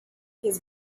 his